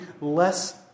less